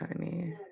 tiny